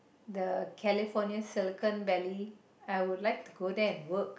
the Californian Silicon Valley I would like to go there and work